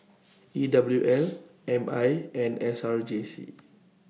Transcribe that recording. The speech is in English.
E W L M I and S R J C